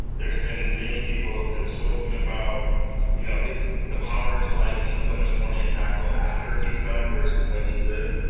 there's been many people that kind of spoken about you know the power of his life being so much more impactful after he's gone, versus when he lived.